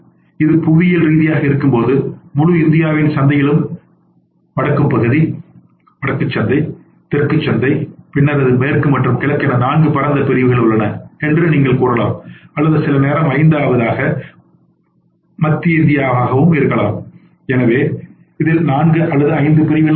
இது புவியியல் ரீதியாக இருக்கும்போது முழு இந்தியாவின் சந்தையிலும் வடக்கு பகுதி வடக்கு சந்தை தெற்கு சந்தை பின்னர் அது மேற்கு மற்றும் கிழக்கு என நான்கு பரந்த பிரிவுகள் உள்ளன என்று நீங்கள் கூறலாம் அல்லது சில நேரம் ஐந்தாவதாக மத்திய இந்தியாவாகவும் இருக்கலாம் எனவே இதில் நான்கு அல்லது ஐந்து பிரிவுகள் உள்ளன